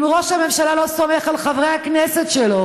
אם ראש הממשלה לא סומך על חברי הכנסת שלו